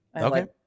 Okay